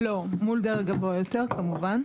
לא, מול דרג גבוה יותר, כמובן.